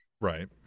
right